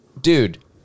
dude